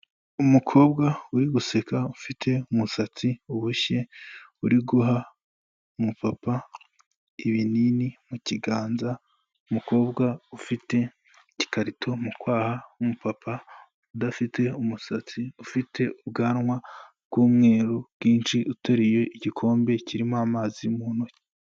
Umukobwa uri guseka ufite umusatsi uboshye, uri guha umupapa ibinini mu kiganza, umukobwa ufite igikarito mu kwaha, umupapa udafite umusatsi, ufite ubwanwa bw'umweru bwinshi, uteruye igikombe kirimo amazi mu ntoki.